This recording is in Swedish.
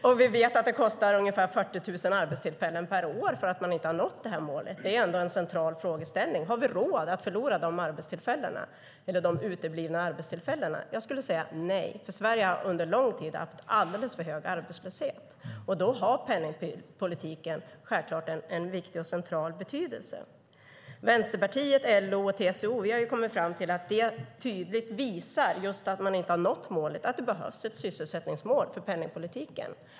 Och vi vet att det kostar ungefär 40 000 arbetstillfällen per år för att man inte har nått det här målet. Det är ändå en central frågeställning. Har vi råd att förlora de arbetstillfällena eller de uteblivna arbetstillfällena? Jag skulle säga nej, för Sverige har under lång tid haft alldeles för hög arbetslöshet. Och då har penningpolitiken självklart en viktig och central betydelse. Vänsterpartiet, LO och TCO har kommit fram till att det tydligt visar just att man inte har nått målet, att det behövs ett sysselsättningsmål för penningpolitiken.